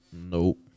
Nope